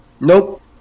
Nope